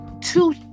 two